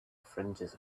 fringes